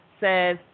says